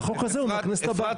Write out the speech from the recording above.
שהחוק הזה הוא מהכנסת הבאה.